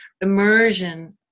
immersion